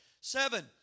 Seven